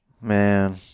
Man